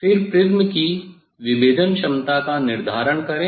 फिर प्रिज्म की विभेदन क्षमता का निर्धारण करें